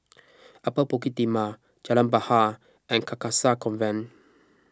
Upper Bukit Timah Jalan Bahar and Carcasa Convent